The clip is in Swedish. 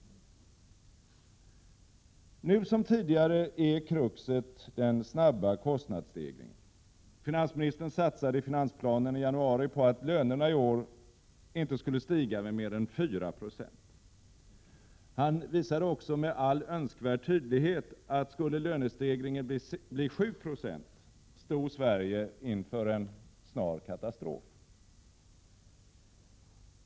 Nu som tidigare är kruxet den snabba kostnadsstegringen. Finansministern satsade i finansplanen i januari på att lönerna i år inte skulle stiga med mer än 4 90. Han visade också med all önskvärd tydlighet att om lönestegringen skulle bli 7 26, stod Sverige inför en snar katastrof.